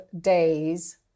days